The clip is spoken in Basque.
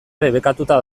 debekatuta